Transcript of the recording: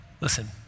listen